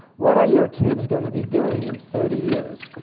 what are your kids going to be doing in thirty years?